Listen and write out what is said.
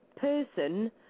person